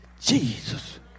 Jesus